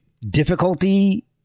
difficulty